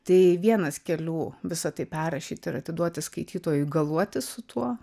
tai vienas kelių visa tai perrašyt ir atiduoti skaitytojui galuotis su tuo